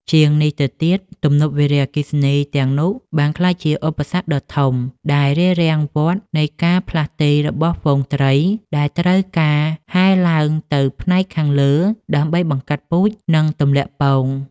ជាងនេះទៅទៀត ទំនប់វារីអគ្គិសនីទាំងនោះបានក្លាយជាឧបសគ្គដ៏ធំ ដែលរារាំងវដ្តនៃការផ្លាស់ទីរបស់ហ្វូងត្រី ដែលត្រូវការហែលឡើងទៅផ្នែកខាងលើដើម្បីបង្កាត់ពូជ និងទម្លាក់ពង។